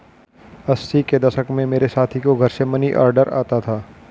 अस्सी के दशक में मेरे साथी को घर से मनीऑर्डर आता था